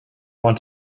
want